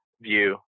view